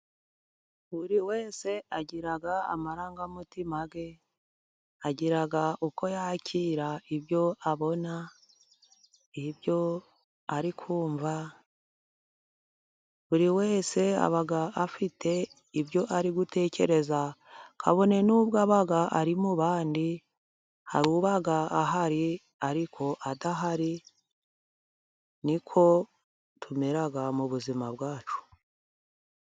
Buri wese agira amarangamutima ye agira uko yakira ibyo abona ibyo ari kumva buri wese aba afite ibyo ari gutekereza kabone n'ubwo yaba ari mubandi hari uba ahari ariko adahari ni ko tumera mu ubuzima bwacu.